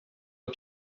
aux